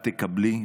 את תקבלי,